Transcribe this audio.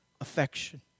affection